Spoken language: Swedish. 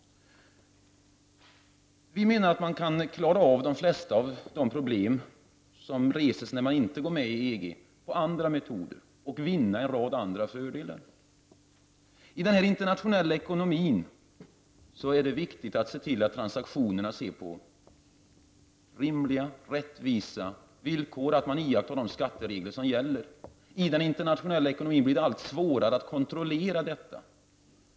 Vi anser att man med andra metoder kan klara av de flesta av de problem som reses, när man inte går med i EG. Man kan vinna en rad andra fördelar. I den internationella ekonomin är det viktigt att se till att transaktionerna sker på rimliga och rättvisa villkor och att man iakttar de skatteregler som gäller. I den internationella ekonomin blir det allt svårare att kontrollera detta.